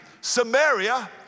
Samaria